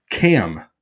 Cam